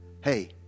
Hey